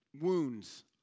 wounds